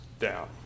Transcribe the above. down